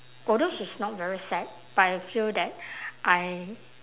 although she is not very sad but I feel that I